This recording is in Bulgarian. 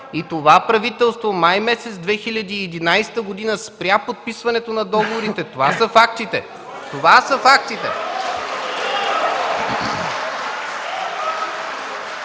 И това правителство май месец 2011 г. спря подписването на договорите. Това са фактите! Това са фактите!